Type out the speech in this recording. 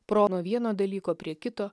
pro nuo vieno dalyko prie kito